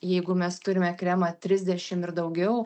jeigu mes turime kremą trisdešim ir daugiau